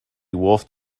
wolfed